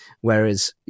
whereas